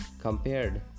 compared